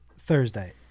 Thursday